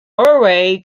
however